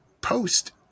post